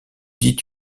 dit